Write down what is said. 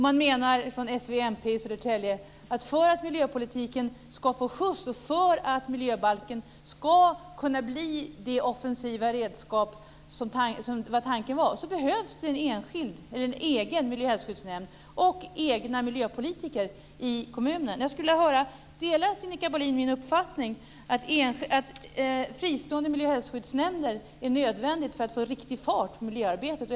Man menar från s, v och mp i Södertälje att för att miljöpolitiken ska få skjuts och för att miljöbalken ska kunna bli det offensiva redskap som tanken var, behövs det en särskild miljö och hälsoskyddsnämnd och särskilda miljöpolitiker i kommunen. Delar Sinikka Bohlin min uppfattning att fristående miljö och hälsoskyddsnämnder är nödvändiga för att få riktig fart på miljöarbetet?